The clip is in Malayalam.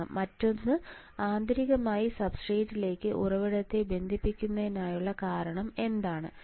അതിനാൽ മറ്റൊന്ന് ആന്തരികമായി സബ്സ്ട്രേറ്റ് ലേക്ക് ഉറവിടത്തെ ബന്ധിപ്പിക്കുന്നതിനുള്ള കാരണം എന്താണ്